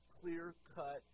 clear-cut